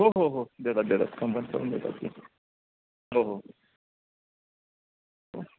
हो हो हो देतात देतात कम्बाईन करून देतात हो हो हो